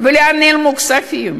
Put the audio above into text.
לאן נעלמו הכספים?